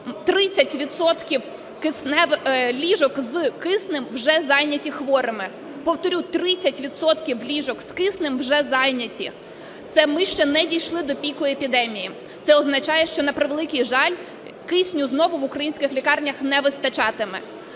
ліжок з киснем вже зайняті хворими. Повторю, 30 відсотків ліжок з киснем вже зайняті. Це ми ще не дійшли до піку епідемії. Це означає, що, на превеликий жаль, кисню знову в українських лікарнях не вистачатиме.